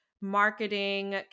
marketing